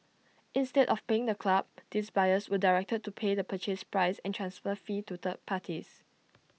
instead of paying the club these buyers were directed to pay the purchase price and transfer fee to third parties